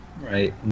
right